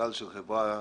מנכ"ל חברת